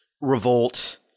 Revolt